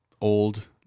old